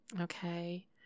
Okay